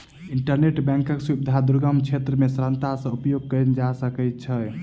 internet बैंकक सुविधा दुर्गम क्षेत्र मे सरलता सॅ उपयोग कयल जा सकै छै